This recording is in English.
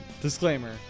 Disclaimer